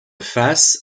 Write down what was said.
faces